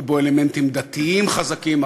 היו בו אלמנטים דתיים חזקים,